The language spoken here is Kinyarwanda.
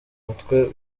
mutwe